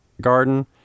garden